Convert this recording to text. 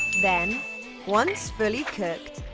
then once fully cooked,